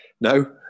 No